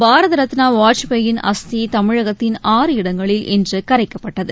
பாரத ரத்னா வாஜ்பாயின் அஸ்தி தமிழகத்தின் ஆறு இடங்களில் இன்று கரைக்கப்பட்டது